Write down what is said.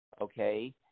okay